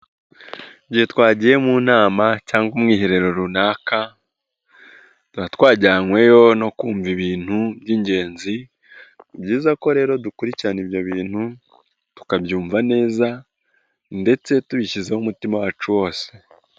Igihe twagiye mu nama, cyangwa umwiherero runaka, tuba twajyanyweho no kumva ibintu by'ingenzi, ni byiza ko rero dukurikirana ibyo bintu, tukabyumva neza ndetse tubishyizeho umutima wacu wose.